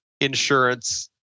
insurance